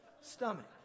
stomach